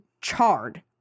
charred